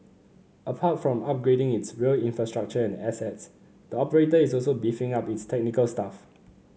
apart from upgrading its rail infrastructure and assets the operator is also beefing up its technical staff